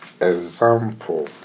example